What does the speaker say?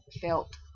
felt